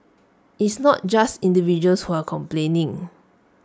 it's not just individuals who are complaining